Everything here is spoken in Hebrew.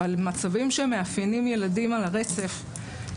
מצבים שמאפיינים ילדים על הרצף.